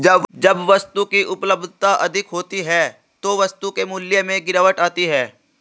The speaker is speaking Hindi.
जब वस्तु की उपलब्धता अधिक होती है तो वस्तु के मूल्य में गिरावट आती है